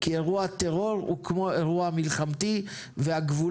כי אירוע טרור הוא כמו אירוע מלחמתי והגבולות